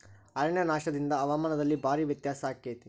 ಅರಣ್ಯನಾಶದಿಂದ ಹವಾಮಾನದಲ್ಲಿ ಭಾರೇ ವ್ಯತ್ಯಾಸ ಅಕೈತಿ